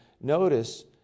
Notice